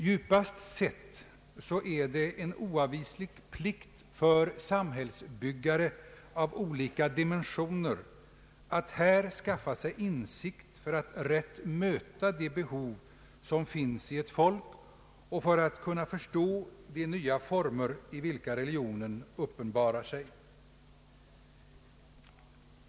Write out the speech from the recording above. Djupast sett är det en oavvislig plikt för samhällsbyggare av clika dimensioner att här skaffa sig insikt för att rätt möta de behov som finns i ett folk och för att kunna förstå de nya former i vilka religionen uppenbarar sig.